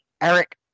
Eric